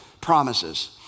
promises